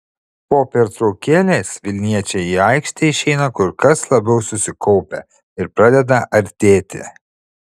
po pertraukėlės vilniečiai į aikštę išeina kur kas labiau susikaupę ir pradeda artėti